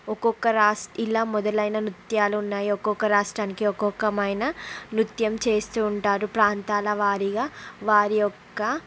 ఒక్కొక్క రాస్ ఇలా మొదలైన నృత్యాలు ఉన్నాయి ఒక్కొక్క రాష్ట్రానికి ఒక్కొకమైన నృత్యం చేస్తూ ఉంటారు ప్రాంతాల వారీగా వారి యొక్క